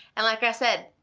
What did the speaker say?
and like i said,